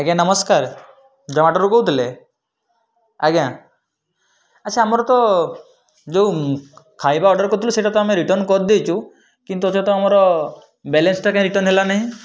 ଆଜ୍ଞା ନମସ୍କାର୍ ଜୋମାଟରୁ କହୁଥିଲେ ଆଜ୍ଞା ଆଚ୍ଛା ଆମର ତ ଯେଉଁ ଖାଇବା ଅର୍ଡ଼ର୍ ସେଇଟା ତ ଆମେ ରିଟର୍ନ୍ କରିଦେଇଛୁ କିନ୍ତୁ ଯେହେତୁ ଆମର ବାଲାନ୍ସଟା କାହିଁ ରିଟର୍ନ୍ ହେଲାନାହିଁ